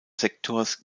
sektors